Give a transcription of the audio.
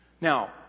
now